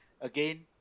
again